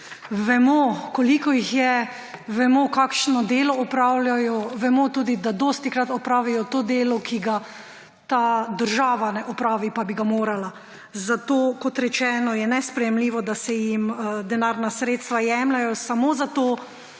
Vemo, koliko jih je, vemo, kakšno delo opravljajo, vemo tudi, da dostikrat opravijo delo, ki ga ta država ne opravi, pa bi ga morala. Zato je, kot rečeno, nesprejemljivo, da se jim denarna sredstva jemljejo, samo zato